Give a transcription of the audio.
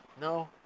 No